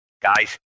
Guys